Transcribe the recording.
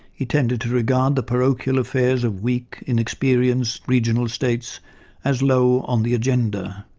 he tended to regard the parochial affairs of weak, inexperienced regional states as low on the agenda.